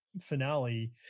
finale